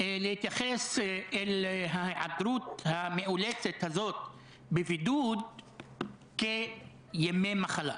להתייחס אל ההיעדרות המאולצת הזאת בבידוד כימי מחלה.